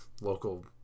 local